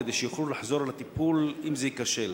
כדי שיוכלו לחזור על הטיפול אם זה ייכשל.